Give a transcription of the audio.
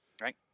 Right